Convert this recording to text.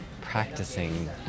practicing